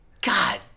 God